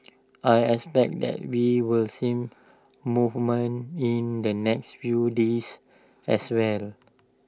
I expect that we will see movement in the next few days as well